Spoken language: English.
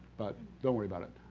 but don't worry about it.